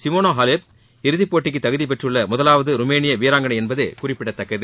Simona Halep இறதிப்போட்டிக்கு தகுதிபெற்றுள்ள முதலாவது ருமேனிய வீராங்களை என்பது குறிப்பிடத்தக்கது